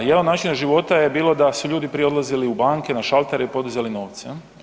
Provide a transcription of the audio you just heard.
Jedan od načina života je bilo da su ljudi prije odlazili u banke, na šaltere i podizali novce, je li?